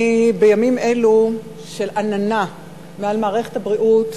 בימים אלה של עננה מעל מערכת הבריאות,